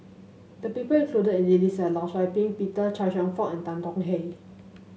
the people included in the list are Law Shau Ping Peter Chia Cheong Fook and Tan Tong Hye